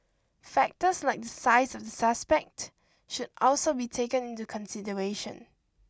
factors like the size of the suspect should also be taken into consideration